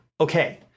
okay